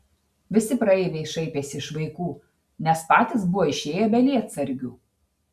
visi praeiviai šaipėsi iš vaikų nes patys buvo išėję be lietsargių